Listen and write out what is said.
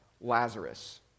Lazarus